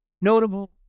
Notable